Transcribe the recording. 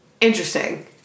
Interesting